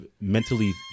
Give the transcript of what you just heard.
mentally